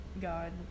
god